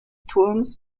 turms